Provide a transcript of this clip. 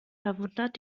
verwundert